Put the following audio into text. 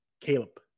Caleb